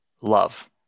love